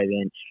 inch